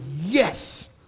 yes